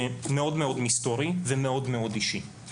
זה מאוד מאוד מסתורי ומאוד מאוד אישי,